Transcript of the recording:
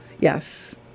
Yes